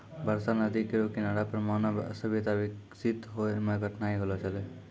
बरसा नदी केरो किनारा पर मानव सभ्यता बिकसित होय म कठिनाई होलो छलै